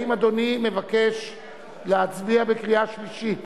האם אדוני מבקש להצביע בקריאה שלישית?